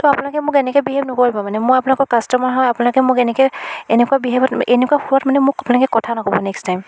ত' আপোনালোকে মোক এনেকৈ বিহেভ নকৰিব মানে মই আপোনালোকৰ কাষ্টমাৰ হয় আপোনালোকে মোক এনেকৈ এনেকুৱা বিহেভত এনেকুৱা সুৰত মানে মোক আপোনালোকে কথা নক'ব নেক্সট টাইম